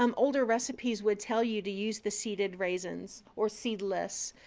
um older recipes would tell you to use the seeded raisins or seedless.